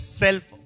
self